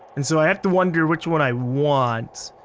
and so i have to wonder which one i want.